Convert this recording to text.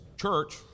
church